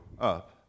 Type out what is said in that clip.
up